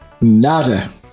nada